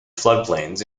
floodplains